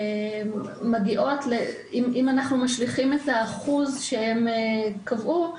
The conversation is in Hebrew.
מגיעות אם אנחנו משליכים את האחוז שהם קבעו,